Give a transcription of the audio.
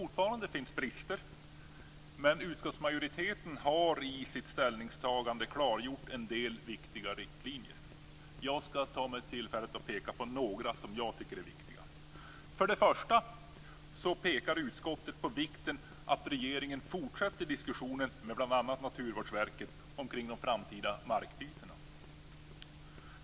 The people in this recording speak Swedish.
Det finns fortfarande brister, men utskottsmajoriteten har i sitt ställningstagande klargjort en del viktiga riktlinjer. Jag skall peka på några som jag tycker är viktiga. För det första pekar utskottet på vikten av att regeringen fortsätter diskussionen med bl.a. Naturvårdsverket kring de framtida markbytena.